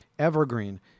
Evergreen